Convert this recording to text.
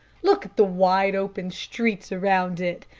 look at the wide, open streets around it,